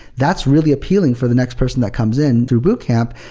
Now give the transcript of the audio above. that's really appealing for the next person that comes in through boot camp.